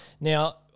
now